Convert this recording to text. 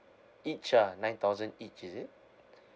each ah nine thousand each is it